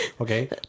Okay